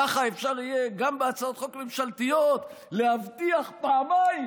ככה אפשר יהיה גם בהצעות חוק ממשלתיות להבטיח פעמיים: